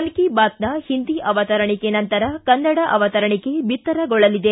ಮನ್ ಕಿ ಬಾತ್ನ ಹಿಂದಿ ಅವತರಣಿಕೆ ನಂತರ ಕನ್ನಡ ಅವತರಣಿಕೆ ಬಿತ್ತರಗೊಳ್ಳಲಿದೆ